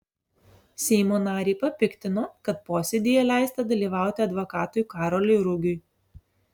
seimo narį papiktino kad posėdyje leista dalyvauti advokatui karoliui rugiui